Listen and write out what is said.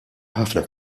ħafna